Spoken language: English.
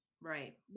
Right